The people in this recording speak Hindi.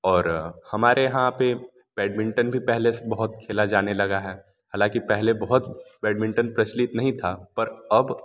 और हमारे यहाँ पर बैडमिंटन भी पहले से बहुत खेला जाने लगा है हालांकि पहले बहुत बैडमिंटन प्रचलित नहीं था पर अब